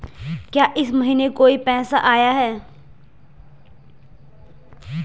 क्या इस महीने कोई पैसा आया है?